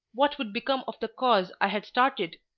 what would become of the cause i had started?